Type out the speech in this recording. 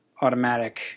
automatic